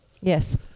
Yes